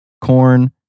corn